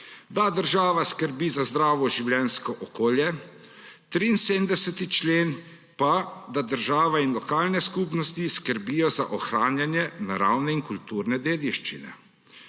da država skrbi za zdravo življenjsko okolje, 73. člen pa, da država in lokalne skupnosti skrbijo za ohranjanje naravne in kulturne dediščine.